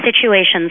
situations